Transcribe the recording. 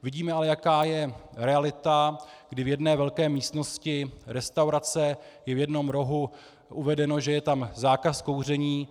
Vidíme ale, jaká je realita, kdy v jedné velké místnosti restaurace je v jednom rohu uvedeno, že je tam zákaz kouření.